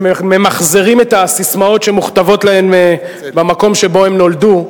שממחזרים את הססמאות שמוכתבות להם במקום שבו הן נולדו,